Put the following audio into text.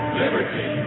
liberty